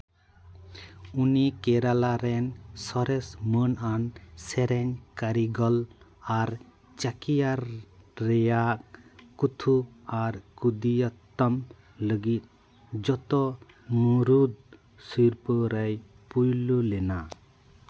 ᱩᱱᱤ ᱠᱮᱨᱟᱞᱟ ᱨᱮᱱ ᱥᱚᱨᱮᱥ ᱢᱟᱹᱱ ᱟᱱ ᱥᱮᱨᱮᱧ ᱠᱟᱹᱨᱤᱜᱚᱞ ᱟᱨ ᱪᱟᱠᱤᱭᱟᱨ ᱨᱮᱭᱟᱜ ᱠᱩᱛᱷᱩ ᱟᱨ ᱠᱩᱫᱤᱭᱟᱛᱛᱚᱢ ᱞᱟᱹᱜᱤᱫ ᱡᱚᱛᱚ ᱢᱩᱬᱩᱫ ᱥᱤᱨᱯᱟᱹ ᱨᱮᱭ ᱯᱳᱭᱞᱳ ᱞᱮᱱᱟ